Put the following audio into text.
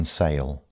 sale